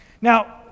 Now